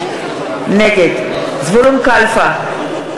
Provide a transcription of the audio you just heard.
נגד זבולון קלפה,